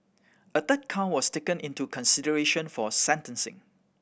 a third count was taken into consideration for sentencing